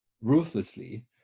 ruthlessly